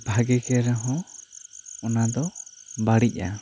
ᱵᱷᱟᱹᱜᱤ ᱜᱮ ᱨᱮᱦᱚᱸ ᱚᱱᱟ ᱫᱚ ᱵᱟᱹᱲᱤᱡᱼᱟ